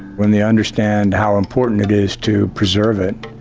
when they understand how important it is to preserve it,